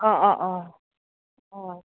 অঁ অঁ অঁ অঁ